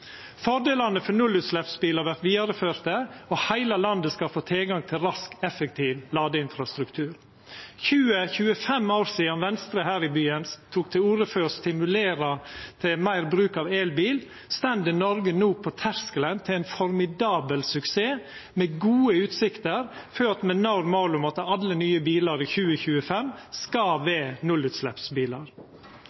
Fordelane for nullutsleppsbilar vert vidareførte, og heile landet skal få tilgang til rask og effektiv ladeinfrastruktur. 20–25 år etter at Venstre her i byen tok til orde for å stimulera til meir bruk av elbil, står Noreg no på terskelen til ein formidabel suksess, med gode utsikter til at me når målet om at alle nye bilar i 2025 skal